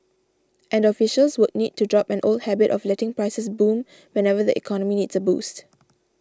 and officials would need to drop an old habit of letting prices boom whenever the economy needs a boost